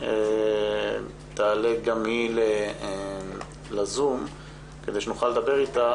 תעלה ל-זום כדי שנוכל לדבר אתה,